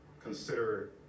consider